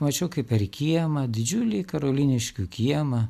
mačiau kaip per kiemą didžiulį karoliniškių kiemą